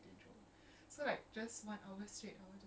you don't you skip the intro and ending right